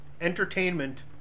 entertainment